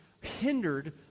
hindered